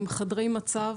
עם חדרי מצב,